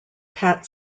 pat